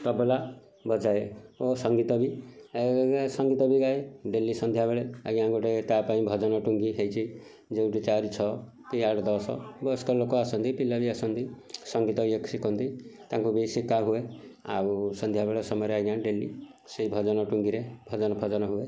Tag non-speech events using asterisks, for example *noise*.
ତବଲା ବଜାଏ ଓ ସଙ୍ଗୀତ ବି ଆଉ *unintelligible* ସଙ୍ଗୀତ ବି ଗାଏ ଡେଲି ସନ୍ଧ୍ୟାବେଳେ ଆଜ୍ଞା ଗୋଟେ ତା ପାଇଁ ଭଜନ ଟୁଙ୍ଗି ହେଇଛି ଯେଉଁଠି ଚାରି ଛଅ କି ଆଠ ଦଶ ବୟସ୍କ ଲୋକ ଆସନ୍ତି ପିଲାବି ଆସନ୍ତି ସଙ୍ଗୀତ ବି ଶିଖନ୍ତି ତାଙ୍କୁ ବି ଶିଖାହୁଏ ଆଉ ସନ୍ଧ୍ୟାବେଳେ ସମୟରେ ଆଜ୍ଞା ଡେଲି ସେଇ ଭଜନ ଟୁଙ୍ଗିରେ ଭଜନ ଫଜନ ହୁଏ